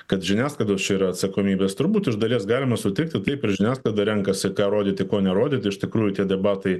kad žiniasklaidos čia yra atsakomybės turbūt iš dalies galima sutikti taip ir žiniasklaida renkasi ką rodyti ko nerodyti iš tikrųjų tie debatai